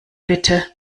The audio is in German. bitte